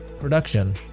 Production